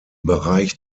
bereich